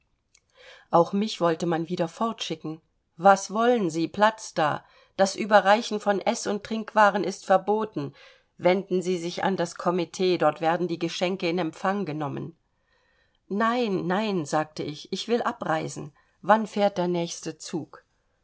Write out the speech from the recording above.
auch mich wollte man wieder fortschicken was wollen sie platz da das überreichen von eß und trinkwaren ist verboten wenden sie sich an das komitee dort werden die geschenke in empfang genommen nein nein sagte ich ich will abreisen wann fährt der nächste zug